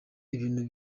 ibintu